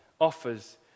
offers